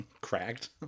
Cracked